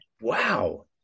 Wow